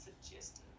suggested